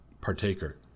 partaker